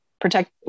protect